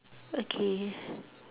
okay